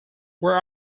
where